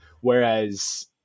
Whereas